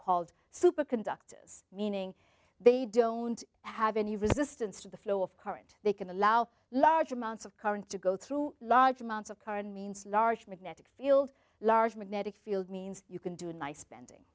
called superconductors meaning they don't have any resistance to the flow of current they can allow large amounts of current to go through large amounts of current means large magnetic field large magnetic field means you can do nice bending